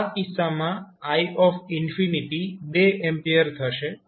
તો આ કિસ્સામાં i2A થશે